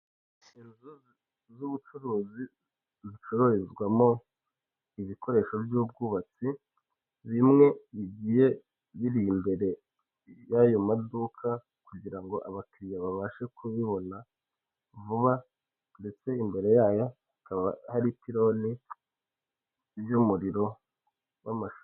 Inzu z'ubucuruzi zicururizwamo ibikoresho by'ubwubatsi, bimwe bigiye biri imbere y'ayo maduka kugira ngo abakiriya babashe kubibona vuba ndetse imbere yaho hakaba hari ipironi ry'umuriro w'amashanyarazi.